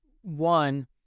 one